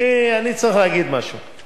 אנחנו עוברים לסעיף הבא: הצעת חוק עבודת הנוער (תיקון מס' 15),